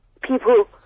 people